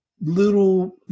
little